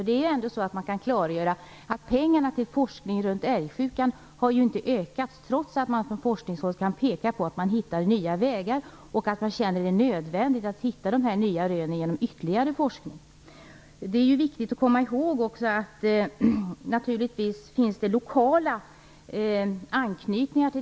Det är klarlagt att pengar till forskning om älgsjukan inte har ökat trots att man från forskningshåll kan peka på att man hittar nya vägar och att man känner det nödvändigt öka dessa rön genom ytterligare forskning. Det är också viktigt att komma ihåg att det givetvis finns lokal anknytning.